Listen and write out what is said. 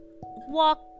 walk